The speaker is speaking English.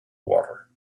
water